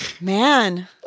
Man